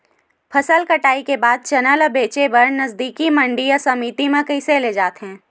फसल कटाई के बाद चना ला बेचे बर नजदीकी मंडी या समिति मा कइसे ले जाथे?